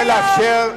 צריך לאפשר לענות.